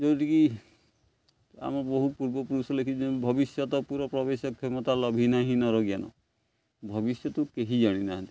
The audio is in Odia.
ଯେଉଁଟିକିି ଆମ ବହୁ ପୂର୍ବପୁରୁଷ ଲେଖି ଭବିଷ୍ୟତ ପୁରା ପ୍ରବେଶ କ୍ଷମତା ଲଭି ନାହିଁ ନରଜ୍ଞାନ ଭବିଷ୍ୟତୁ କେହି ଜାଣିନାହାନ୍ତି